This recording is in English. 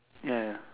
ya ya ya